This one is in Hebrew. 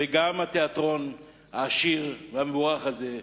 וגם התיאטרון העשיר והמבורך הזה.